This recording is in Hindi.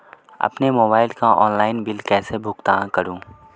अपने मोबाइल का ऑनलाइन बिल कैसे भुगतान करूं?